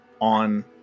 on